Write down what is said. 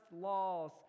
laws